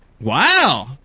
Wow